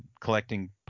collecting